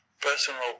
personal